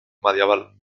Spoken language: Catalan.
medieval